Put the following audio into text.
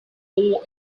all